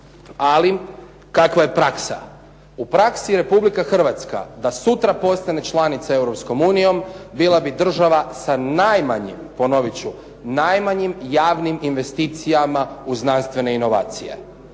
Ali kakva je praksa? U praksi Republika Hrvatska da sutra postane članica Europskom unijom bila bi država sa najmanje ponoviti ću, najmanjim javnim investicijama u znanstvene inovacije.